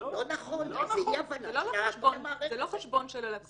זה לא חשבון של הלקוח.